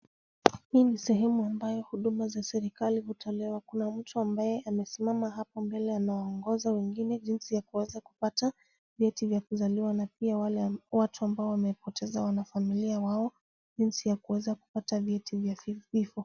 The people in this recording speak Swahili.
Hii ni sehemu ambayo huduma za serikali hutolewa. Kuna mtu ambaye amesimama hapo mbele anawaongoza wengine jinsi ya kuweza kupata vyeti vya kuzaliwa na pia watu ambao wamepoteza wanafamilia wao jinsi ya kuweza kupata vyeti vya vifo.